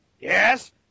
Yes